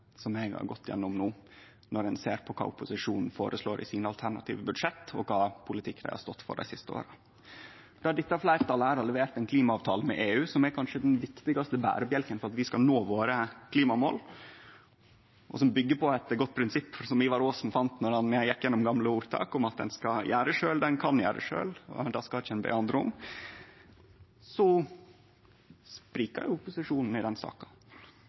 har gått igjennom no, når ein ser på kva opposisjonen føreslår i sine alternative budsjett, og kva politikk dei har stått for dei siste åra. Der dette fleirtalet har levert ein klimaavtale med EU, som kanskje er den viktigaste berebjelken for at vi skal nå klimamåla våre – og som byggjer på eit godt prinsipp som Ivar Aasen fann då han gjekk igjennom gamle ordtak, at ein skal gjere sjølv det ein kan gjere sjølv, det skal ein ikkje be andre om – så sprikjer opposisjonen i denne saka.